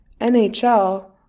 NHL